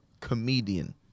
comedian